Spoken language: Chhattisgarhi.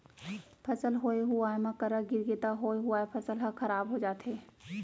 फसल होए हुवाए म करा गिरगे त होए हुवाए फसल ह खराब हो जाथे